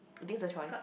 it is a choice